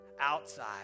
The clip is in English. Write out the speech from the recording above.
outside